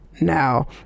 now